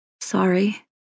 Sorry